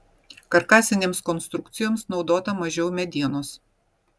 karkasinėms konstrukcijoms naudota mažiau medienos